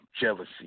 jealousy